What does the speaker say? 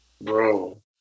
Bro